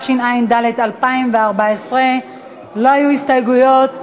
4), התשע"ד 2014. לא היו הסתייגויות.